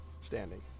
standing